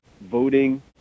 voting